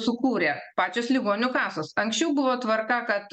sukūrė pačios ligonių kasos anksčiau buvo tvarka kad